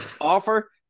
Offer